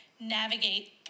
navigate